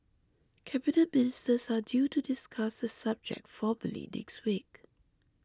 Cabinet Ministers are due to discuss the subject formally next week